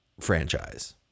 franchise